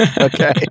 Okay